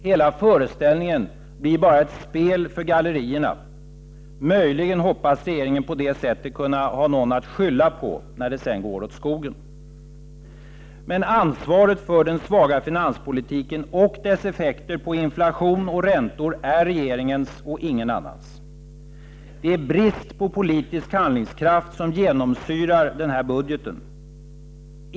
Hela föreställningen blir bara ett spel för gallerierna. Möjligen hoppas regeringen att på det sättet kunna ha någon att skylla på när det sedan går åt skogen. Men ansvaret för den svaga finanspolitiken och dess effekter på inflation och räntor är regeringens och ingen annans. Det är brist på politisk handlingskraft som genomsyrar denna budget.